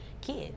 kids